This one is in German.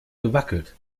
gewackelt